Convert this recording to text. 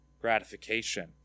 gratification